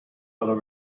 little